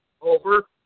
over